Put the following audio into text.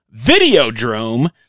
Videodrome